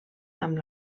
amb